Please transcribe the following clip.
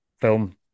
film